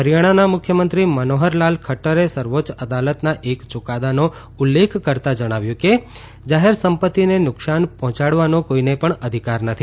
હરિથાણાના મુખ્યમંત્રી મનોહરલાલ ખદૃરે સર્વોચ્ય અદાલતના એક યુકાદાનો ઉલ્લેખ કરતા જણાવ્યું કે જાહેર સંપત્તિને નુકશાન પહોંચાડવાનો કોઇને પણ અધિકાર નથી